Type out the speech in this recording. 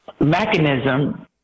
mechanism